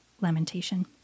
lamentation